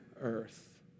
earth